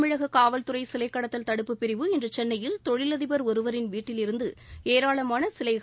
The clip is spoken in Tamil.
தமிழக காவல்துறை சிலைக் கடத்தல் தடுப்புப் பிரிவு இன்று சென்னையில் தொழிலதிடர் ஒருவரின் வீட்டிலிருந்து ஏராளமான சிலைகள்